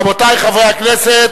רבותי חברי הכנסת,